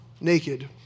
naked